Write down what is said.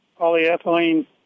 polyethylene